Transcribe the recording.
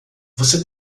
você